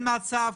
אין מצב.